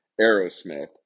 Aerosmith